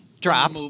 Drop